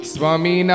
Swami